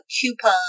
coupon